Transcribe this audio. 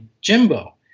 Jimbo